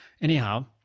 anyhow